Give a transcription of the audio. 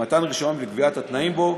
למתן רישיון ולקביעת התנאים בו,